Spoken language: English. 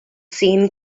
seen